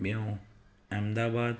ॿियो अहमदाबाद